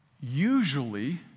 Usually